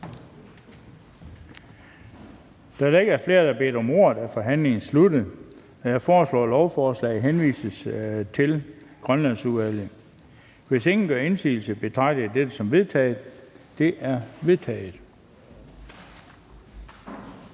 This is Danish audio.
der ikke er flere, der har bedt om ordet, er forhandlingen sluttet. Jeg foreslår, at lovforslaget henvises til Beskæftigelsesudvalget. Hvis ingen gør indsigelse, betragter jeg dette som vedtaget. Det er vedtaget.